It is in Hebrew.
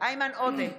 איימן עודה,